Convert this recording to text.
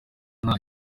nta